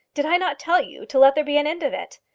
did i not tell you to let there be an end of it?